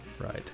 right